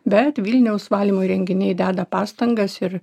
bet vilniaus valymo įrenginiai deda pastangas ir